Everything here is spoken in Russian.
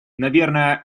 наверное